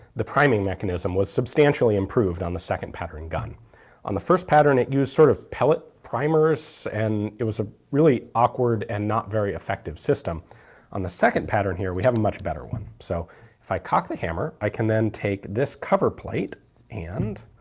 the priming mechanism was substantially improved on the second pattern gun on the first pattern it used sort of pellet primers, and it was a really awkward and not very effective system on the second pattern here, we have a much better one. so if i cock the hammer i can then take this cover plate and.